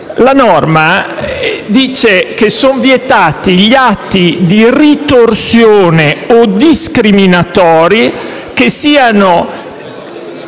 La norma dice che sono vietati gli atti di ritorsione o discriminatori motivati